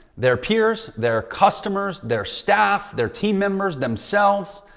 their peers, their customers, their staff, their team members themselves.